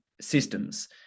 systems